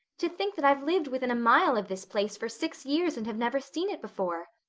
to think that i've lived within a mile of this place for six years and have never seen it before!